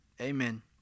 amen